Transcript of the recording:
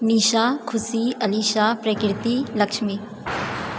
Nisha Khushi Alisha Prakriti Lakshmi